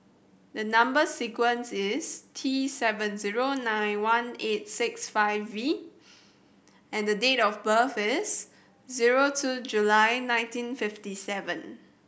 the number sequence is T seven zero nine one eight six five V and date of birth is zero two July nineteen fifty seven